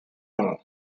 more